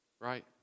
Right